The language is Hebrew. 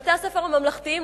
בתי-הספר הממלכתיים,